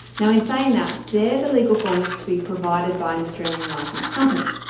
now, in saying that, they are the legal forms to be provided by an australian licensed company.